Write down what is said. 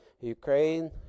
Ukraine